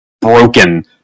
broken